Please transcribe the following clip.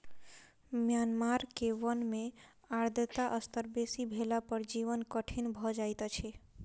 Myanmar के वन में आर्द्रता स्तर बेसी भेला पर जीवन कठिन भअ जाइत अछि